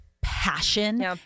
passion